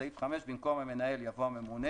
בסעיף 5, במקום "המנהל" יבוא "הממונה".